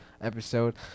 episode